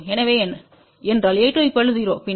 எனவே என்றால்a2 0 பின்னர்S11b1 a1